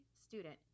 student